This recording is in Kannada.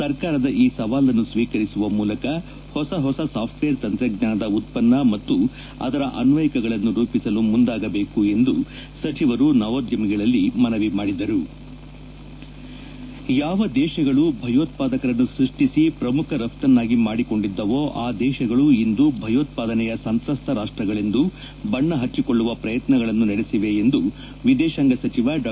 ಸರ್ಕಾರದ ಈ ಸವಾಲನ್ನು ಸ್ವೀಕರಿಸುವ ಮೂಲಕ ಹೊಸ ಹೊಸ ಸಾಫ್ಟ್ವೇರ್ ತಂತ್ರಜ್ಞಾನದ ಉತ್ಪನ್ನ ಮತ್ತು ಅದರ ಅನ್ವಯಿಕಗಳನ್ನು ರೂಪಿಸಲು ಮುಂದಾಗಬೇಕು ಎಂದು ಸಚಿವರು ನವೋದ್ಯಮಿಗಳಲ್ಲಿ ಮನವಿ ಮಾಡಿದರು ಯಾವ ದೇಶಗಳು ಭಯೋತ್ವಾದಕರನ್ನು ಸ್ಪಷ್ಟಿಸಿ ಪ್ರಮುಖ ರಫ್ತನ್ನಾಗಿ ಮಾದಿಕೊಂಡಿದ್ದವೋ ಆ ದೇಶಗಳು ಇಂದು ಭಯೋತ್ವಾದನೆಯ ಸಂತ್ರಸ್ತ ರಾಷ್ಟ್ಗಳೆಂದು ಬಣ್ಣ ಹಚ್ಚಿಕೊಳ್ಳುವ ಪ್ರಯತ್ನಗಳು ನಡೆದಿವೆ ಎಂದು ವಿದೇಶಾಂಗ ಸಚಿವ ಡಾ